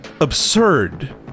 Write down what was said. absurd